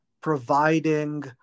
providing